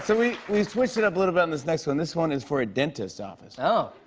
so we we switched it up a little bit on this next one. this one is for a dentist's office. oh.